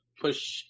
push